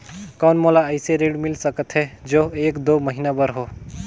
कौन मोला अइसे ऋण मिल सकथे जो एक दो महीना बर हो?